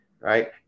right